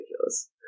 ridiculous